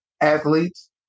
athletes